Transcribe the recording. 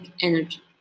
energy